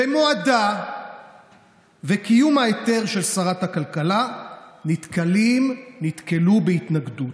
במועדה וקיום ההיתר של שרת הכלכלה נתקלו בהתנגדות.